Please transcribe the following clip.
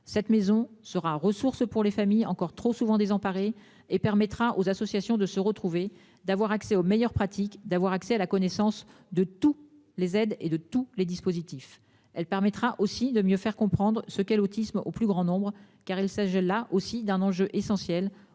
cette maison sera ressources pour les familles, encore trop souvent désemparés et permettra aux associations de se retrouver, d'avoir accès aux meilleures pratiques d'avoir accès à la connaissance de tous les aides et de tous les dispositifs. Elle permettra aussi de mieux faire comprendre ce qu'est l'autisme au plus grand nombre car il s'agit là aussi d'un enjeu essentiel.